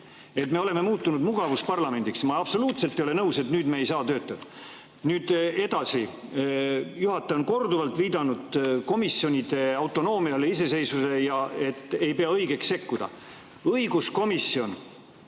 et me oleme muutunud mugavusparlamendiks. Ma absoluutselt ei ole nõus, et nüüd me ei saa töötada. Edasi. Juhataja on korduvalt viidanud komisjonide autonoomiale, iseseisvusele ja sellele, et ta ei pea õigeks sekkuda. Õiguskomisjon